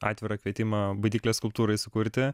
atvirą kvietimą baidyklės skulptūrai sukurti